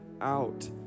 out